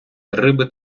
риби